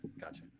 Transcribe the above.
gotcha